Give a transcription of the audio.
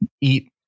eat